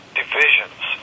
divisions